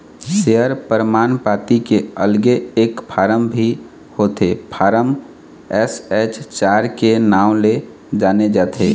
share परमान पाती के अलगे एक फारम भी होथे फारम एस.एच चार के नांव ले जाने जाथे